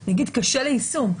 ממש קשה ליישום.